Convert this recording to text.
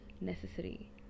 necessary